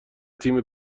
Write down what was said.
تیم